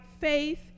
faith